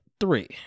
Three